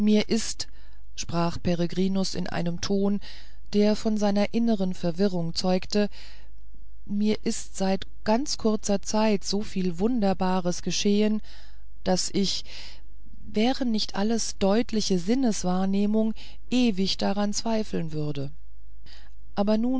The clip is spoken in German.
ist sprach peregrinus mit einem ton der von seiner innern verwirrung zeugte mir ist seit ganz kurzer zeit so viel wunderbares geschehen daß ich wäre nicht alles deutliche sinneswahrnehmung ewig daran zweifeln würde aber